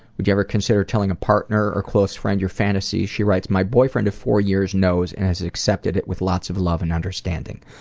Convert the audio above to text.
would you ever consider telling a partner or close friend your fantasies? she writes, my boyfriend of four years knows and has accepted it with lots of love and understanding.